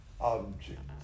objects